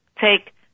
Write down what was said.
take